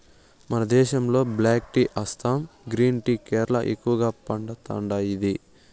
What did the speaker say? మన దేశంలో black tea Assam green tea Kerala ఎక్కువగా పండతాండాది